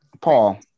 paul